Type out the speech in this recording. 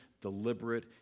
deliberate